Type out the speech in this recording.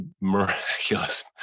miraculous